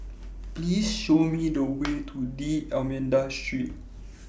Please Show Me The Way to D'almeida Street